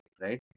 right